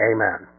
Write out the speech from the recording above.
Amen